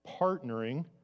partnering